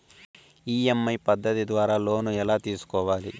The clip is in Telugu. ఇ.ఎమ్.ఐ పద్ధతి ద్వారా లోను ఎలా తీసుకోవాలి